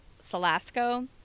Salasco